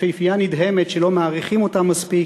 יפהפייה נדהמת שלא מעריכים אותה מספיק.